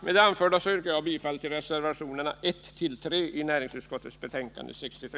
Med det anförda yrkar jag bifall till reservationerna 1-3 till näringsutskottets betänkande nr 63.